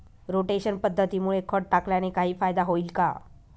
Rotation पद्धतीमुळे खत टाकल्याने काही फायदा होईल का?